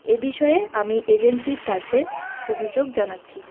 এ বিষয়ে আমি এজেন্সির কাছে অভিযোগ জানাচ্ছি